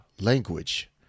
language